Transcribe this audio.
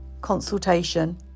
consultation